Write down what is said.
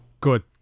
good